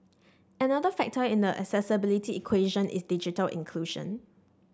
another factor in the accessibility equation is digital inclusion